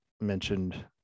mentioned